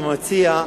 עם המציע,